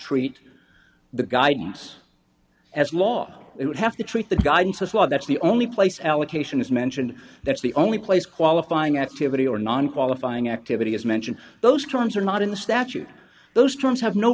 treat the guidance as law it would have to treat the guy he says well that's the only place allocation is mentioned that's the only place qualifying activity or non qualifying activity is mentioned those terms are not in the statute those terms have no